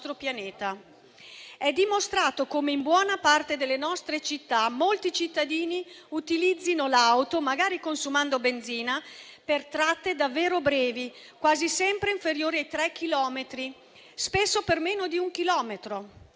È dimostrato come in buona parte delle nostre città molti cittadini utilizzino l'auto, magari consumando benzina, per tratte davvero brevi, quasi sempre inferiori ai 3 chilometri, spesso per meno di un chilometro.